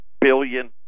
billion